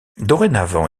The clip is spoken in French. dorénavant